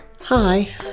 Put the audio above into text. Hi